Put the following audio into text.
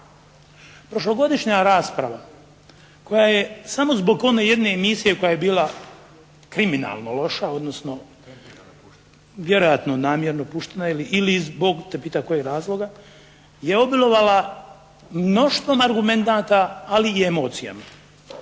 Prošlogodišnja rasprava koja je samo zbog one jedne emisije koja je bila kriminalno loša odnosno vjerojatno namjerno puštena ili zbog Bog te pitaj kojih razloga je obilovala mnoštvom argumenata ali i emocijama.